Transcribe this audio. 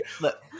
look